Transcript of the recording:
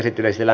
asia